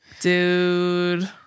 Dude